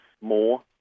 more